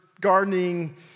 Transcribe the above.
gardening